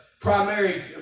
primary